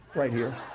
right here.